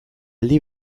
aldi